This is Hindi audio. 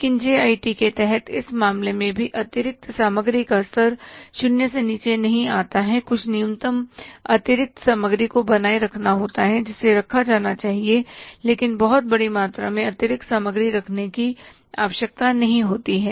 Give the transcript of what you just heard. लेकिन जे आई टी के तहत इस मामले में भी अतिरिक्त सामग्री का स्तर शून्य से नीचे नहीं आता है कुछ न्यूनतम अतिरिक्त सामग्री को बनाए रखना होता है जिसे रखा जाना चाहिए लेकिन बहुत बड़ी मात्रा में अतिरिक्त सामग्री रखने की आवश्यकता नहीं होती है